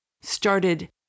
started